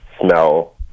smell